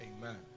Amen